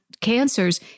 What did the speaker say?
cancers